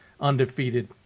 undefeated